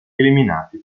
eliminati